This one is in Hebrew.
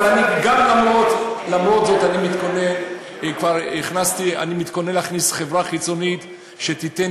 אבל למרות זאת אני מתכונן להכניס חברה חיצונית שתיתן